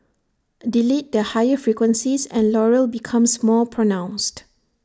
delete the higher frequencies and Laurel becomes more pronounced